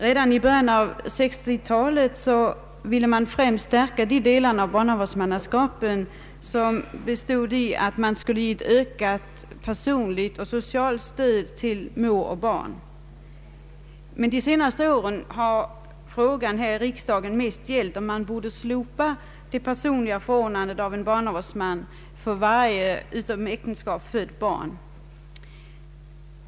Redan i början av 1960-talet ville man främst stärka de delar av barnavårdsmannaskapet som bestod i socialt och personligt stöd åt mor och barn. Men under de senaste åren har frågan här i riksdagen mest gällt om man borde slopa det personliga förordnandet av en barnavårdsman för varje utomäktenskapligt fött barn.